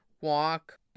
walk